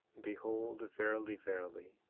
behold, verily, verily,